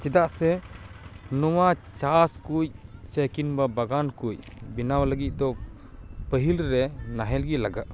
ᱪᱮᱫᱟᱜ ᱥᱮ ᱱᱚᱶᱟ ᱪᱟᱥ ᱠᱩᱡ ᱥᱮ ᱠᱤᱢᱵᱟ ᱵᱟᱜᱟᱱ ᱠᱩᱡ ᱵᱮᱱᱟᱣ ᱞᱟᱹᱜᱤᱫ ᱫᱚ ᱯᱟᱹᱦᱤᱞ ᱨᱮ ᱱᱟᱦᱮᱞ ᱜᱮ ᱞᱟᱜᱟᱜᱼᱟ